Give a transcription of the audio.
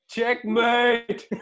Checkmate